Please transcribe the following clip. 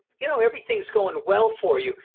you know everything's going well for you,